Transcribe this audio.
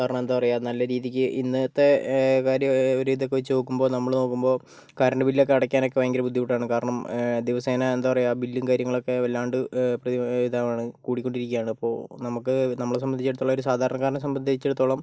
കാരണം എന്താ പറയുക നല്ല രീതിക്ക് ഇന്നത്തെ കാര്യവും ഒരിതൊക്കെ വെച്ചു നോക്കുമ്പോൾ നമ്മൾ നോക്കുമ്പോൾ കറണ്ട് ബില്ലൊക്കെ അടയ്ക്കാനൊക്കെ ഭയങ്കര ബുദ്ധിമുട്ടാണ് കാരണം ദിവസേന എന്താ പറയുക ബില്ലും കാര്യങ്ങളൊക്കെ വല്ലാണ്ട് പ്രതി ഇതാവാണ് കൂടിക്കൊണ്ടിരിക്കുകയാണ് ഇപ്പോൾ നമുക്ക് നമ്മളെ സംബന്ധിച്ചിടത്തോളം ഒരു സാധാരണക്കാരനെ സംബന്ധിച്ചിടത്തോളം